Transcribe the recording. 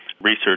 research